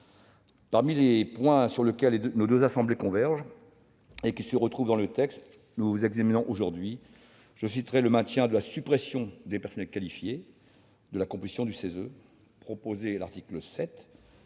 Parmi les points sur lesquels nos deux assemblées convergent, et qui se retrouvent dans le texte que nous examinons aujourd'hui, je citerai le maintien de la suppression des personnalités qualifiées dans la composition du CESE, proposé à l'article 7,